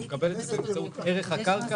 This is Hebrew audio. הוא מקבל את זה באמצעות ערך הקרקע,